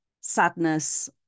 sadness